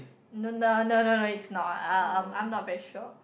don't know no no no is not ah I'm I'm not very sure